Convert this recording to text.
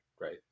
right